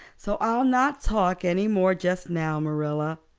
so i'll not talk any more just now, marilla.